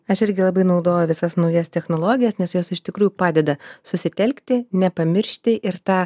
aš irgi labai naudoju visas naujas technologijas nes jos iš tikrųjų padeda susitelkti nepamiršti ir tą